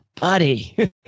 buddy